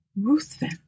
Ruthven